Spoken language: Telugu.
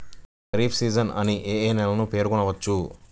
ఖరీఫ్ సీజన్ అని ఏ ఏ నెలలను పేర్కొనవచ్చు?